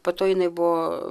po to jinai buvo